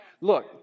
Look